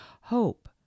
hope